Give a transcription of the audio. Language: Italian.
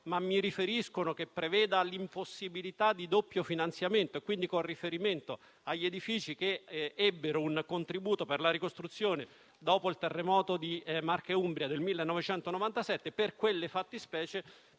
non ho letto - prevede l'impossibilità di doppio finanziamento; quindi, con riferimento agli edifici che ebbero un contributo per la ricostruzione dopo il terremoto di Marche e Umbria del 1997, si prevede che